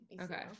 Okay